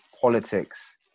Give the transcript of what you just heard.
politics